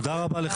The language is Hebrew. תודה רבה לך.